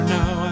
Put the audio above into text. now